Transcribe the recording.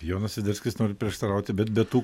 jonas sviderskis nori prieštarauti bet be tų